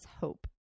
Hope